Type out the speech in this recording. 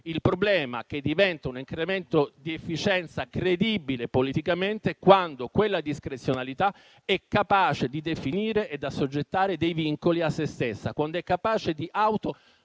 Il problema è che diventa un incremento di efficienza credibile politicamente quando tale discrezionalità è capace di definire ed assoggettare dei vincoli a sé stessa, quando è capace di autolimitarsi.